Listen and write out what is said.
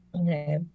Okay